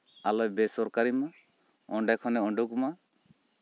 ᱟᱞᱚᱭ ᱵᱮᱥᱚᱨᱠᱟᱨᱤ ᱢᱟ ᱚᱱᱰᱮ ᱠᱷᱚᱱᱮ ᱩᱰᱩᱠ ᱢᱟ